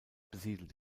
besiedelt